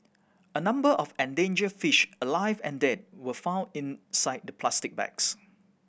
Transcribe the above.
a number of endangered fish alive and dead were found inside the plastic bags